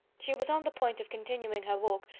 she was on the point of continuing her walk,